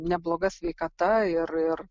nebloga sveikata ir ir